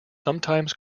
sometimes